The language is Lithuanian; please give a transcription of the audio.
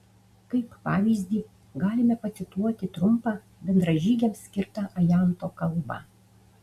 kaip pavyzdį galime pacituoti trumpą bendražygiams skirtą ajanto kalbą